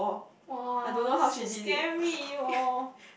!wah! that's so scary orh